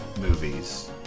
movies